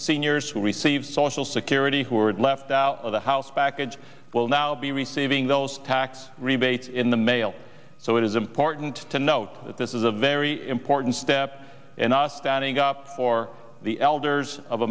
seniors will receive social security who are left out of the house package will now be receiving those tax rebates in the mail so it is important to note that this is a very important step in the standing up for the elders of